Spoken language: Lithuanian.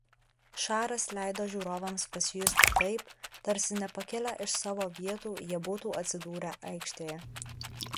šaras leido žiūrovams pasijusti taip tarsi nepakilę iš savo vietų jie būtų atsidūrę aikštėje